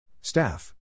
Staff